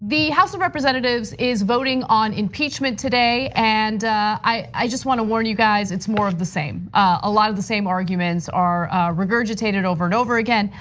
the house of representatives is voting on impeachment today. and i just wanna warn you guys, it's more of the same. a lot of the same arguments are regurgitated over and over again.